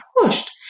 pushed